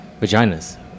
vaginas